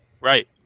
right